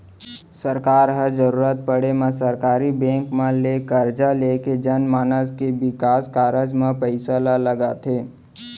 सरकार ह जरुरत पड़े म सरकारी बेंक मन ले करजा लेके जनमानस के बिकास कारज म पइसा ल लगाथे